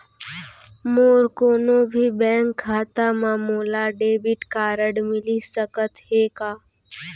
मोर कोनो भी बैंक खाता मा मोला डेबिट कारड मिलिस सकत हे का?